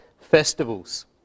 festivals